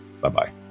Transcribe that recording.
Bye-bye